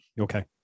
Okay